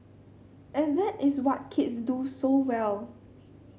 and that is what kids do so well